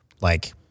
like-